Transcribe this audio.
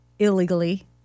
Illegally